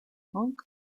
funk